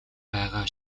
байгаа